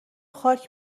خاک